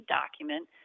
document